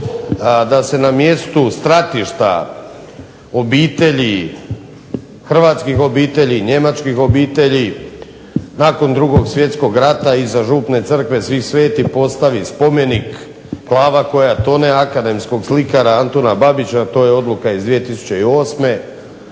Da se na mjestu stratišta obitelji, hrvatskih obitelji, njemačkih obitelji nakon Drugog svjetskog rata nakon župne crkve Svi svetih postavi spomenik, glava koja tone akademskog slikara Antuna Babića. To je odluka iz 2008.